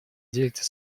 делится